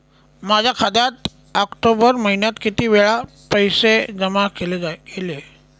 माझ्या खात्यात ऑक्टोबर महिन्यात किती वेळा पैसे जमा केले गेले?